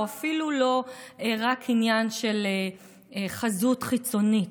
ואפילו לא רק עניין של חזות חיצונית.